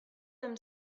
them